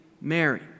Mary